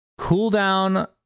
Cooldown